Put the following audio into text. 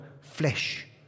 flesh